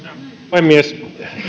puhemies